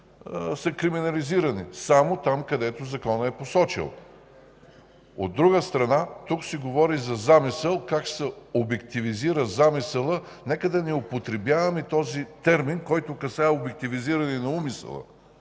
са криминализирани – само там, където Законът е посочил. От друга страна, тук се говори за замисъл. Как ще се обективизира замисълът? Нека да не употребяваме термина, който касае обективизиране на умисъла,